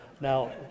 Now